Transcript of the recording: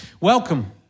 Welcome